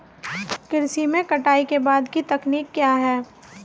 कृषि में कटाई के बाद की तकनीक क्या है?